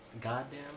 goddamn